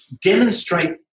demonstrate